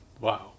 wow